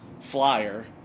flyer